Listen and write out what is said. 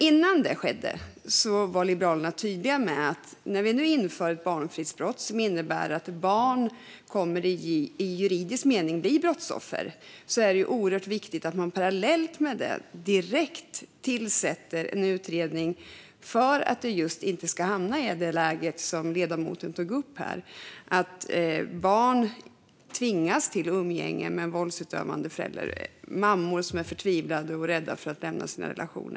Innan det skedde var Liberalerna tydliga med att när vi nu inför ett barnfridsbrott som innebär att barn i juridisk mening blir brottsoffer är det ju oerhört viktigt att man parallellt med det direkt tillsätter en utredning för att det inte ska hamna i det läge som ledamoten tog upp här, nämligen att barn tvingas till umgänge med en våldsutövande förälder och att mammor är förtvivlade och rädda för att lämna en relation.